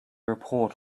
report